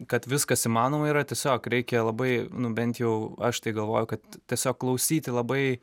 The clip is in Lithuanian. kad viskas įmanoma yra tiesiog reikia labai nu bent jau aš tai galvoju kad tiesiog klausyti labai